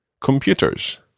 computers